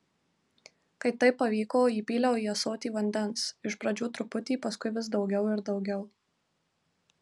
kai tai pavyko įpyliau į ąsotį vandens iš pradžių truputį paskui vis daugiau ir daugiau